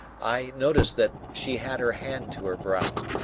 i noticed that she had her hand to her brow.